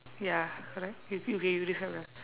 ya correct you okay you describe that one